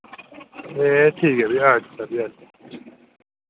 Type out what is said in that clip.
एह् ठीक ऐ भी अच्छा भी अच्छा